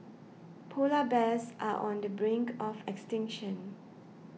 Polar Bears are on the brink of extinction